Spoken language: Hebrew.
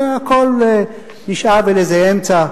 אלא הכול נשאב אל איזה אמצע.